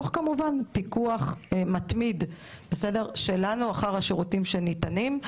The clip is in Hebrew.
כמובן תוך פיקוח מתמיד שלנו אחר השירותים שניתנים.